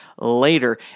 later